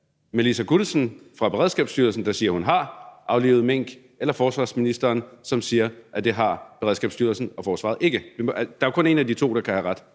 Melissa Guttesen fra Beredskabsstyrelsen, der siger at hun har aflivet mink, eller forsvarsministeren, som siger, at det har Beredskabsstyrelsen og forsvaret ikke? Der er jo kun en af de to, der kan have ret.